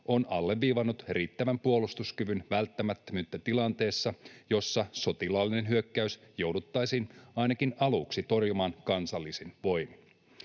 on alleviivannut riittävän puolustuskyvyn välttämättömyyttä tilanteessa, jossa sotilaallinen hyökkäys jouduttaisiin ainakin aluksi torjumaan kansallisin voimin.